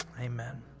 amen